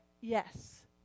Yes